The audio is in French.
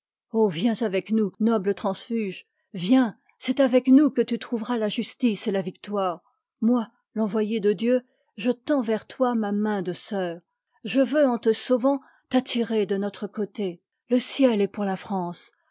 viens avec nous noble transfuge viens c'est avec nous que tu trouveras la justice et la victoire moi a t'envoyée de dieu je tends vers toi ma main de soeur je veux en te sauvant t'attirer de notre coté le ciel est pour la france